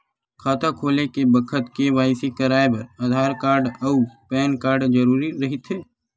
खाता खोले के बखत के.वाइ.सी कराये बर आधार कार्ड अउ पैन कार्ड जरुरी रहिथे